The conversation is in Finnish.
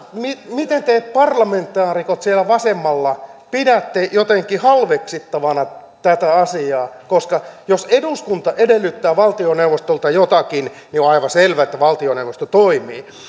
miten te parlamentaarikot siellä vasemmalla pidätte jotenkin halveksittavana tätä asiaa jos eduskunta edellyttää valtioneuvostolta jotakin niin on aivan selvää että valtioneuvosto toimii